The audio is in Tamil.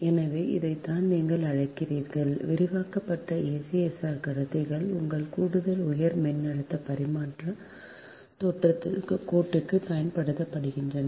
எனவே இதைத்தான் நீங்கள் அழைக்கிறீர்கள் விரிவாக்கப்பட்ட ACSR கடத்திகள் உங்கள் கூடுதல் உயர் மின்னழுத்த பரிமாற்றக் கோட்டிற்கும் பயன்படுத்தப்படுகின்றன